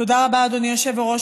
תודה רבה, אדוני היושב-ראש.